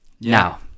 Now